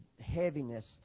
heaviness